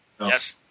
Yes